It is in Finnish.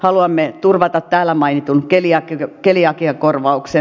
haluamme turvata täällä mainitun keliakiakorvauksen